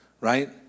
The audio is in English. Right